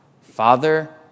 Father